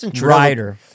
writer